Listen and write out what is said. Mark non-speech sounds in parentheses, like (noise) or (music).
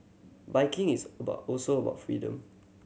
biking is (unintelligible) also about freedom